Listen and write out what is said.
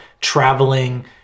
traveling